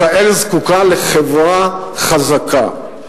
ישראל זקוקה לחברה חזקה.